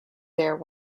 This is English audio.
there